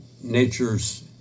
Nature's